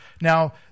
Now